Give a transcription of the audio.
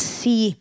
see